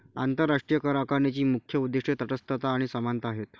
आंतरराष्ट्रीय करआकारणीची मुख्य उद्दीष्टे तटस्थता आणि समानता आहेत